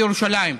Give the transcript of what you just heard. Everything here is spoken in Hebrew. לירושלים.